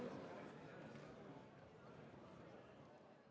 Merci,